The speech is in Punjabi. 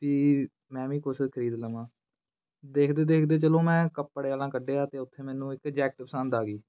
ਵੀ ਮੈਂ ਵੀ ਕੁਛ ਖਰੀਦ ਲਵਾਂ ਦੇਖਦੇ ਦੇਖਦੇ ਚਲੋ ਮੈਂ ਕੱਪੜੇ ਵਾਲਾ ਕੱਢਿਆ ਅਤੇ ਉੱਥੇ ਮੈਨੂੰ ਇੱਕ ਜੈਕਿਟ ਪਸੰਦ ਆ ਗਈ